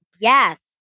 Yes